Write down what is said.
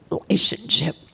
relationship